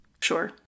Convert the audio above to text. Sure